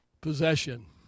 possession